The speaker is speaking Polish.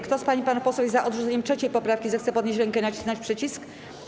Kto z pań i panów posłów jest za odrzuceniem 3. poprawki, zechce podnieść rękę i nacisnąć przycisk.